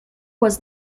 was